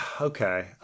okay